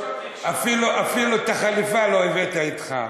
אפילו את החליפה לא הבאת אתך.